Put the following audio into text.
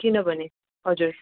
किनभने हजुर